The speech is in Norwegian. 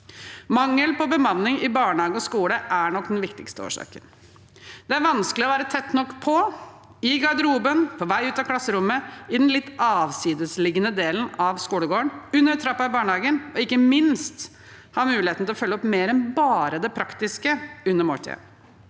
Mangel på bemanning i barnehage og skole er nok den viktigste årsaken. Det er vanskelig å være tett nok på – i garderoben, på vei ut av klasserommet, i den litt avsidesliggende delen av skolegården, under trappen i barnehagen – og ikke minst ha muligheten til å følge opp mer enn bare det praktiske under måltidet.